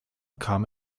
kam